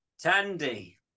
Tandy